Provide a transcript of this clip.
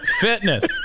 Fitness